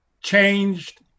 changed